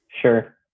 sure